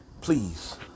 Please